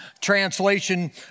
translation